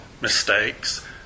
mistakes